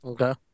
Okay